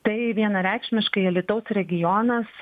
tai vienareikšmiškai alytaus regionas